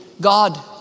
God